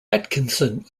atkinson